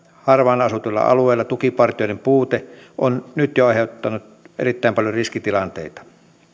harvaan asutuilla alueilla tukipartioiden puute on jo nyt aiheuttanut erittäin paljon riskitilanteita